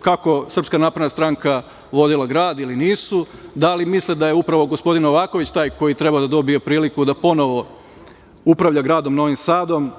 kako SNS vodila grad ili nisu. Da li misle da je upravo gospodin Novaković taj koji treba da dobije priliku da ponovo upravlja gradom Novim Sadom.